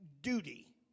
duty